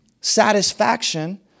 satisfaction